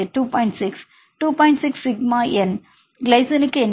6 sigma என் கிளைசினுக்கு என்ன மதிப்பு